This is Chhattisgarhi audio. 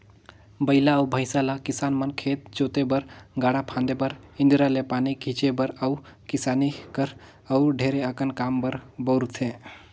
बइला अउ भंइसा ल किसान मन खेत जोते बर, गाड़ा फांदे बर, इन्दारा ले पानी घींचे बर अउ किसानी कर अउ ढेरे अकन काम बर बउरथे